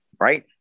right